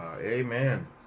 Amen